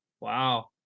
Wow